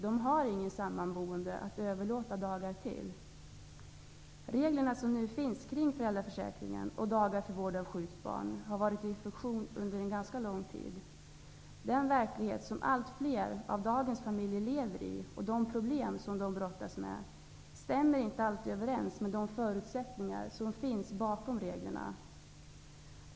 De har ingen sammanboende att överlåta dagar till. De regler som nu finns i fråga om föräldraförsäkringen och dagarna för vård av sjukt barn har varit i funktion under ganska lång tid. Men den verklighet som allt fler av dagens familjer lever i och de problem som de brottas med stämmer inte alltid överens med förutsättningarna bakom reglerna.